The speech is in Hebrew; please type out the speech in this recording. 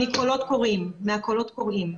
מהקולות קוראים.